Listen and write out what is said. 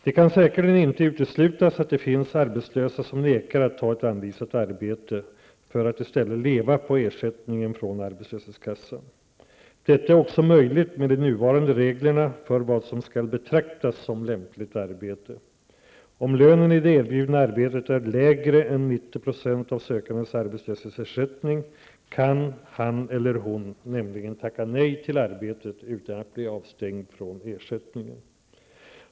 Det kan säkerligen inte uteslutas att det finns arbetslösa som nekar att ta ett anvisat arbete för att i stället leva på ersättningen från arbetslöshetskassan. Detta är också möjligt med de nuvarande reglerna för vad som skall betraktas som lämpligt arbete. Om lönen i det erbjudna arbetet är lägre än 90 % av sökandens arbetslöshetsersättning kan han eller hon nämligen tacka nej till arbetet utan att bli avstängd från ersättningen.